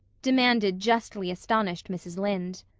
demanded justly astonished mrs. lynde.